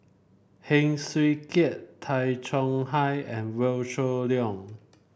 Heng Swee Keat Tay Chong Hai and Wee Shoo Leong